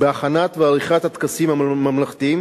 בהכנת ועריכת הטקסים הממלכתיים